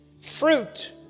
fruit